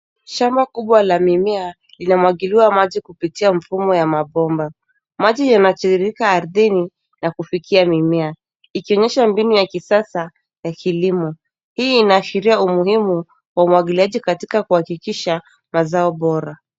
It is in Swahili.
Shamba kubwa la mimea inamwagiliwa maji kupitia mfumo wa mabomba. Maji inatiririka ardhini na kufikia mimea ikionyesha mbinu ya kisasa ya kilimo. Hii inaashiria umuhimu wa umwagiliaji katika kuhakikisha mazao bora.